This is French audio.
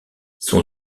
son